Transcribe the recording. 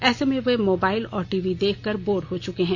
ऐसे में वे मोबाइल और टीवी देख कर बोर हो चुके हैं